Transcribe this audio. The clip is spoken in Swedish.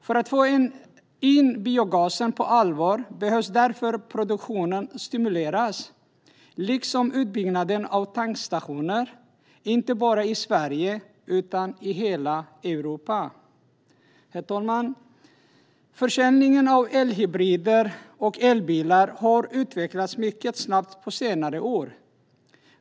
För att få in biogasen på allvar behöver därför produktionen stimuleras, liksom utbyggnaden av tankstationer, inte bara i Sverige utan i hela Europa. Försäljningen av elhybrider och elbilar har utvecklats mycket snabbt på senare år.